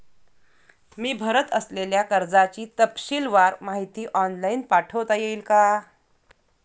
मी भरत असलेल्या कर्जाची तपशीलवार माहिती ऑनलाइन पाठवता येईल का?